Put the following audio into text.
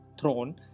throne